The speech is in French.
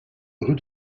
rue